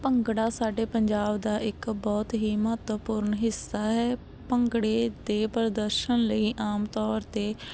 ਭੰਗੜਾ ਸਾਡੇ ਪੰਜਾਬ ਦਾ ਇੱਕ ਬਹੁਤ ਹੀ ਮਹੱਤਵਪੂਰਨ ਹਿੱਸਾ ਹੈ ਭੰਗੜੇ ਦੇ ਪ੍ਰਦਰਸ਼ਨ ਲਈ ਆਮ ਤੌਰ 'ਤੇ